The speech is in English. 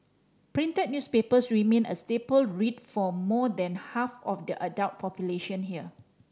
printed newspapers remain a staple read for more than half of the adult population here